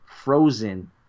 Frozen